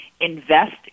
invest